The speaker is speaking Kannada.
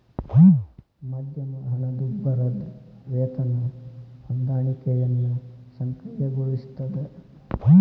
ಮಧ್ಯಮ ಹಣದುಬ್ಬರದ್ ವೇತನ ಹೊಂದಾಣಿಕೆಯನ್ನ ಸಕ್ರಿಯಗೊಳಿಸ್ತದ